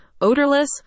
odorless